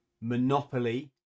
monopoly